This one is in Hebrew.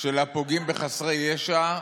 של הפוגעים בחסרי ישע,